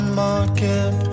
market